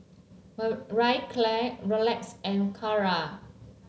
Marie Claire Rolex and Kara